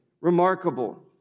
Remarkable